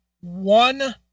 one